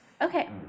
Okay